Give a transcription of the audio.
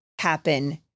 happen